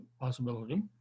possibility